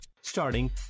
Starting